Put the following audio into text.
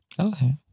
Okay